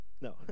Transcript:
No